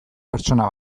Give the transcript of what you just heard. pertsona